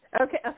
Okay